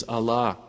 Allah